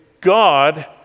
God